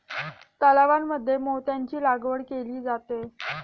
तलावांमध्ये मोत्यांची लागवड केली जाते